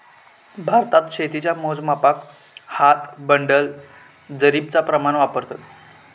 भारतात शेतीच्या मोजमापाक हात, बंडल, जरीबचा प्रमाण वापरतत